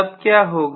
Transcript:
तब क्या होगा